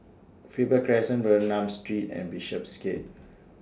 Faber Crescent Bernam Street and Bishopsgate